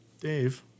Dave